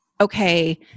okay